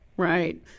Right